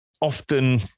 often